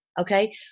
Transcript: okay